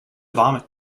vomit